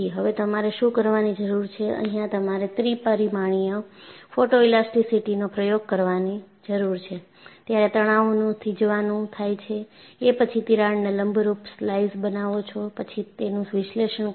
હવે તમારે શું કરવાની જરૂર છે અહિયાં તમારે ત્રિ પરિમાણીય ફોટોઇલાસ્ટીસીટીનો પ્રયોગ કરવાની જરૂર છે ત્યારે તણાવનું થીજવાનું થાય છે એ પછી તિરાડને લંબરૂપ સ્લાઇસીઝ બનાવો છો પછી તેનું વિશ્લેષણ કરો